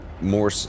more